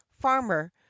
farmer